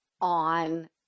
on